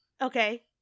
Okay